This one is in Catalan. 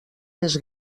més